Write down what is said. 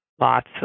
lots